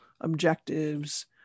objectives